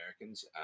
Americans